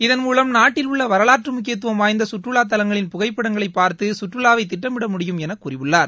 இதன் மூலம் நாட்டிலுள்ள வரலாற்று முக்கியத்துவம் வாய்ந்த சுற்றுலா தலங்களின் புகைப்படங்களை பார்த்து சுற்றுலாவை திட்டமிட முடியும் என கூறியுள்ளார்